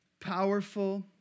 powerful